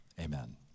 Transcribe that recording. amen